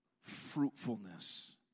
fruitfulness